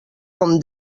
com